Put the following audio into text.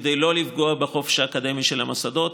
כדי לא לפגוע בחופש האקדמי של המוסדות,